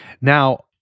Now